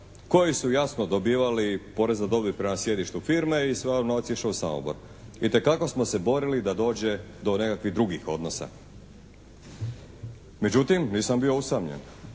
koji su jasno dobivali porez na dobit prema sjedištu firme i sav novac je išao u Samobor. Itekako smo se borili da dođe do nekakvih drugih odnosa. Međutim, nisam bio usamljen.